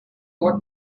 what